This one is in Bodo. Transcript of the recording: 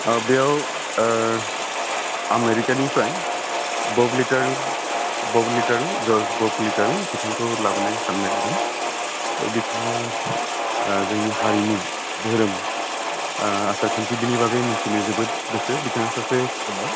बेयाव आमेरिकानिफ्राय जर्ज बब्लीटेल बिथांखौ लाबोनो साननाय जादों त' बिथाङा जोंनि हारिमु धोरोम आसार खान्थि बेनि बागै मोन्थिनो जोबोद गोसो बिथाङा सासे स्क'लार